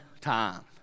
time